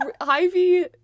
Ivy